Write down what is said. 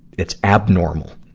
it's abnormal,